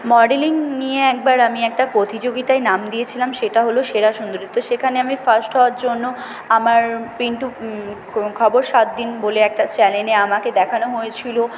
modelling নিয়ে একবার আমি একটা প্রতিযোগিতায় নাম দিয়েছিলাম সেটা হল সেরা সুন্দরী তো সেখানে আমি ফার্স্ট হওয়ার জন্য আমার পেন টু খবর সাত দিন বলে একটা চ্যানেলে আমাকে দেখানো হয়েছিলো